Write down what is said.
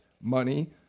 money